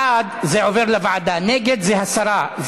בעד, זה עובר לוועדה, נגד, זה הסרה.